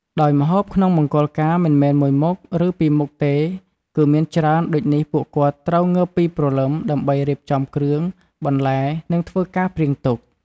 ដោយម្ហូបក្នុងមង្គលការមិនមែនមួយមុខឬពីរមុខទេគឹមានច្រើនដូចនេះពួកគាត់ត្រូវងើបពីព្រលឹម ដើម្បីរៀបចំគ្រឿង បន្លែ និងធ្វើការព្រៀងទុក។